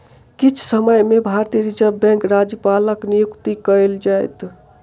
किछ समय में भारतीय रिज़र्व बैंकक राज्यपालक नियुक्ति कएल जाइत